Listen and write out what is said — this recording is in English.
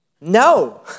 No